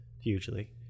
Hugely